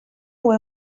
would